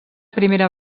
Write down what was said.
primera